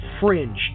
fringe